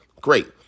Great